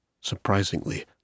Surprisingly